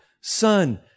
Son